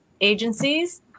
agencies